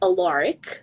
Alaric